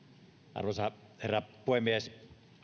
arvoisa herra puhemies